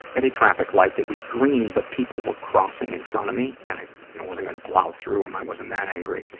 at a traffic light that was green, but people were crossing in front of me. and wasn't gonna plow through em, i wasn't that angry.